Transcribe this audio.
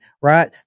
Right